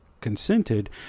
consented